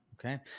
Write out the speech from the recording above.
Okay